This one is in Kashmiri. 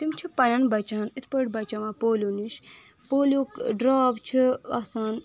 تِم چھِ پننٮ۪ن بچن اِتھ پٲٹھۍ بچاوان پولیو نش پولیو ڈراپ چھِ آسان